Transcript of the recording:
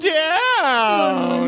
down